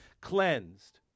cleansed